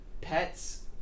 pets